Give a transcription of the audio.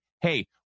Hey